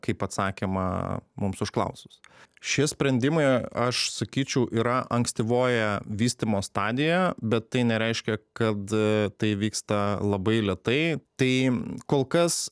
kaip atsakymą mums užklausus šie sprendimai aš sakyčiau yra ankstyvoje vystymo stadijoje bet tai nereiškia kad a tai vyksta labai lėtai tai kol kas